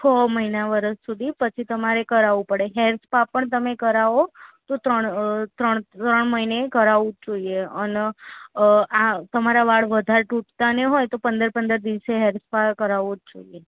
છ મહિના વર્ષ સુધી પછી તમારે કરાવવું પડે હેર સપા પણ તમે કરાવો તો ત્રણ ત્રણ મહિને કરાવવું જ જોઈએ અને આ તમારા વાળ વધારે તૂટતાં ને હોય તો પંદર પંદર દિવસે હેર સપા કરાવવું જ જોઈએ